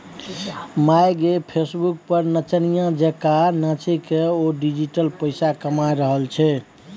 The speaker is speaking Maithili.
माय गे फेसबुक पर नचनिया जेंका नाचिकए ओ डिजिटल पैसा कमा रहल छै